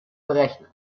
berechnen